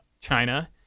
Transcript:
China